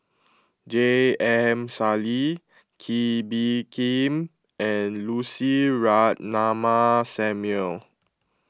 J M Sali Kee Bee Khim and Lucy Ratnammah Samuel